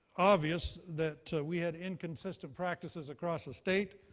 obvious that we had inconsistent practices across the state,